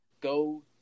Go